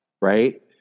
Right